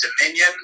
Dominion